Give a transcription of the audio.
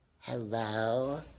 hello